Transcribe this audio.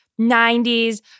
90s